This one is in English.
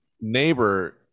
neighbor